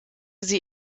sie